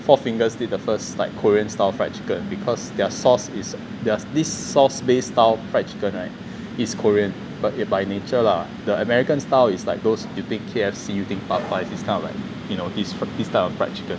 four fingers did the first like korean style fried chicken because their sauce is this sauce based style fried chicken right is korean but it by nature lah the american style is like those you take K_F_C popeyes these kind of like you know these kind of like fried chicken